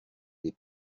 les